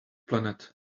planet